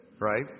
Right